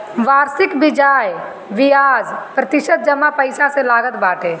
वार्षिक बियाज प्रतिशत जमा पईसा पे लागत बाटे